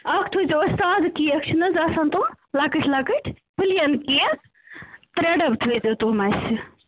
اکھ تھٲیزیفو اَسہِ تازٕ کیک چھِنہٕ حظ آسان تِم لَکٕٹۍ لَکٕٹۍ پٕلیَن کیک ترٛےٚ ڈبہٕ تھٲیزیٚو تِم اَسہِ